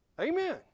Amen